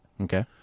Okay